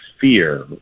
fear